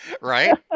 Right